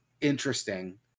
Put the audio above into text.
interesting